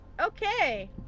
Okay